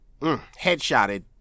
headshotted